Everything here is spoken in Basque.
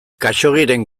khaxoggiren